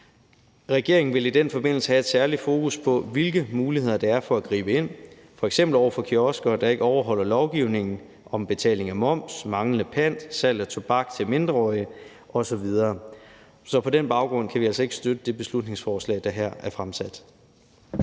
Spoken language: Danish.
Regeringen vil i den forbindelse have et særligt fokus på, hvilke muligheder der er for at gribe ind, f.eks. over for kiosker, der ikke overholder lovgivningen om betaling af moms, manglende pant, salg af tobak til mindreårige osv. Så på den baggrund kan vi altså ikke støtte det beslutningsforslag, der her er fremsat.